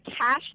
cash